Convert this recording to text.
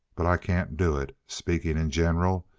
but i can't do it, speaking in general.